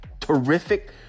terrific